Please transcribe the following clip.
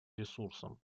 ресурсом